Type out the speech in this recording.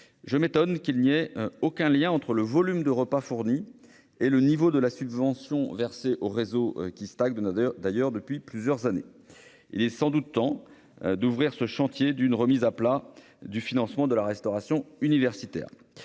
Je m'étonne qu'il n'y ait aucun lien entre le volume de repas fournis et le niveau de la subvention versée au réseau, laquelle stagne depuis plusieurs années. Il est sans doute temps d'ouvrir ce chantier d'une remise à plat du financement de la restauration universitaire.